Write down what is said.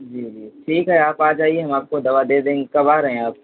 जी जी ठीक है आप आ जाइए हम आपको दवा दे देंगे कब आ रहें आप